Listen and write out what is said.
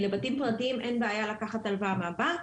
לבתים פרטיים אין בעיה לקחת הלוואה מהבנק.